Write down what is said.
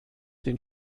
den